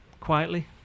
Quietly